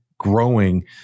growing